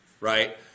Right